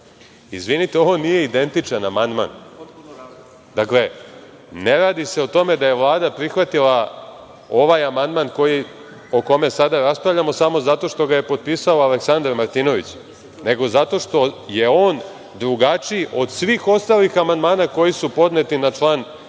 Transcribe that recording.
godine“.Izvinite, ovo nije identičan amandman. Dakle, ne radi se o tome da je Vlada prihvatila ovaj amandman o kome sada raspravljamo samo zato što ga je potpisao Aleksandar Martinović, nego zato što je on drugačiji od svih ostalih amandmana koji su podneti na član 1.